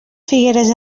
figueres